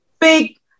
big